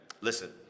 Listen